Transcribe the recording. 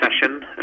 session